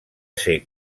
ser